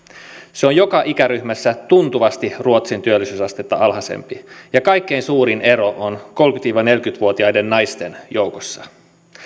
se on joka ikäryhmässä tuntuvasti ruotsin työllisyysastetta alhaisempi ja kaikkein suurin ero on kolmekymmentä viiva neljäkymmentä vuotiaiden naisten joukossa